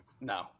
No